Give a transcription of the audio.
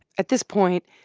at this point,